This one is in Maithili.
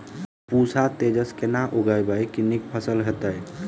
पूसा तेजस केना उगैबे की नीक फसल हेतइ?